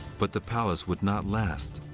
but the palace would not last.